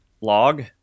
log